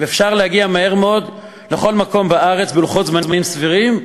אפשר להגיע מהר מאוד לכל מקום בארץ בלוחות זמנים סבירים,